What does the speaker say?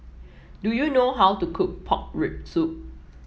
do you know how to cook Pork Rib Soup